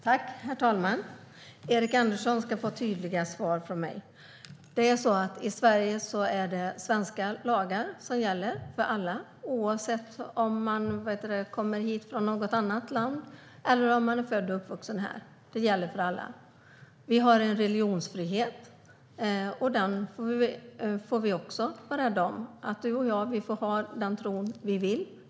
Herr talman! Erik Andersson ska få tydliga svar från mig. I Sverige är det svenska lagar som gäller för alla, oavsett om man kommer hit från något annat land eller om man är född och uppvuxen här. Det gäller lika för alla. Vi har en religionsfrihet, och den ska vi också vara rädda om. Du och jag får ha vilken tro vi vill.